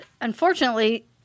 Unfortunately